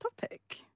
topic